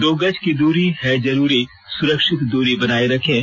दो गज की दूरी है जरूरी सुरक्षित दूरी बनाए रखें